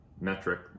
metric